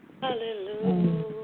Hallelujah